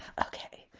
okay